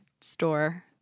store